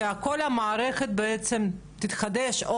שכל המערכת תתחדש,